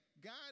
God